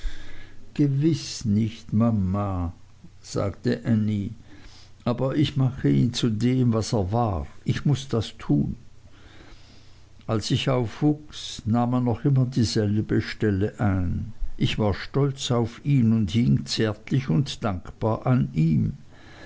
gewiß nicht mama sagte ännie aber ich mache ihn zu dem was er war ich muß das tun als ich aufwuchs nahm er noch immer dieselbe stelle ein ich war stolz auf ihn und hing zärtlich und dankbar an ihm